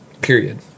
period